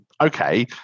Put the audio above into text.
Okay